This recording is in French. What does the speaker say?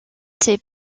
ses